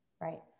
Right